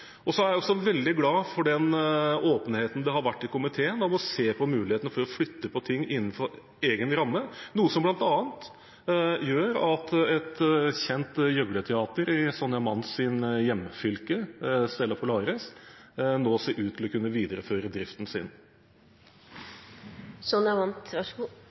er også veldig glad for den åpenheten det har vært i komiteen om å se på mulighetene for å flytte på ting innenfor egen ramme, noe som bl.a. gjør at et kjent gjøglerteater i Sonja Mandts hjemfylke, Stella Polaris, nå ser ut til å kunne videreføre driften sin.